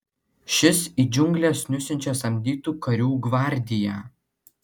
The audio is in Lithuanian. šis į džiungles nusiunčia samdytų karių gvardiją